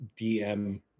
DM